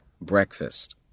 Breakfast